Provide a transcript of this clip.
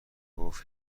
گفت